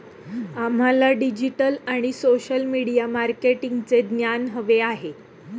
आम्हाला डिजिटल आणि social media मार्केटिंगचे ज्ञान हवे आहे